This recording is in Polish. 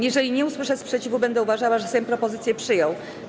Jeżeli nie usłyszę sprzeciwu, będę uważała, że Sejm propozycję przyjął.